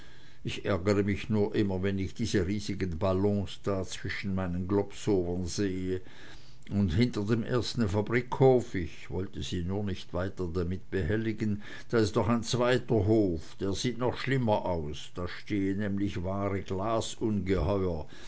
ich ärgere mich nur immer wenn ich diese riesigen ballons da zwischen meinen globsowern sehe und hinter dem ersten fabrikhof ich wollte sie nur nicht weiter damit behelligen da ist noch ein zweiter hof der sieht noch schlimmer aus da stehen nämlich wahre